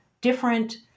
different